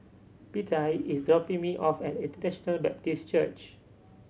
Bettye is dropping me off at International Baptist Church